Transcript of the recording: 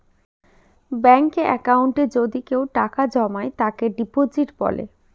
ব্যাঙ্কে একাউন্টে যদি কেউ টাকা জমায় তাকে ডিপোজিট বলে